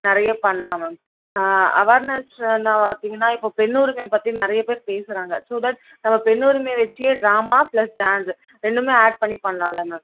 நிறையா பண்ணலாம் மேம் ஆ அவேர்னெஸ்னால் பார்த்தீங்கன்னா இப்போ பெண்ணுரிமை பற்றி நிறையா பேர் பேசுகிறாங்க ஸோ தட் நம்ம பெண்ணுரிமைய வச்சியே ட்ராமா ப்ளஸ் டான்ஸ்ஸு ரெண்டுமே ஆட் பண்ணி பண்ணலாம்ல மேம்